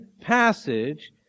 passage